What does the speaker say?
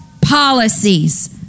policies